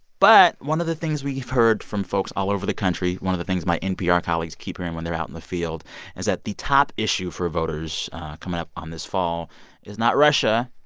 but one of the things we've heard from folks all over the country one of the things my npr colleagues keep hearing when they're out in the field is that the top issue for voters coming up on this fall is not russia.